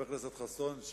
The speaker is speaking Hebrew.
חבר הכנסת חסון,